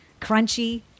crunchy